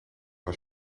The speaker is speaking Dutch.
als